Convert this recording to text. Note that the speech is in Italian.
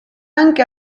anche